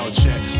check